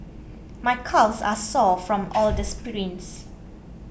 my calves are sore from all the sprints